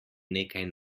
nekaj